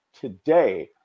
today